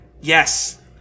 Yes